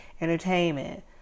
entertainment